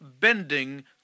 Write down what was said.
bending